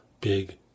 big